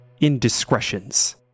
indiscretions